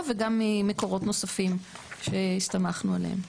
וגם ממקורות נוספים שהסתמכנו עליהם.